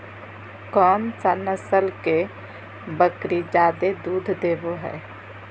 कौन सा नस्ल के बकरी जादे दूध देबो हइ?